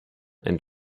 and